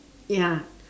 ya